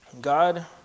God